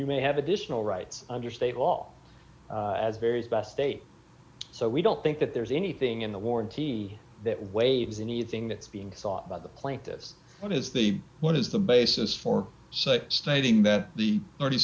you may have additional rights under state all as various best state so we don't think that there's anything in the warranty that waves anything that's being sought by the plaintiffs what is the what is the basis for so stating that the thirty